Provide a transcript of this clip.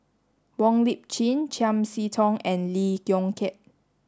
Wong Lip Chin Chiam See Tong and Lee Yong Kiat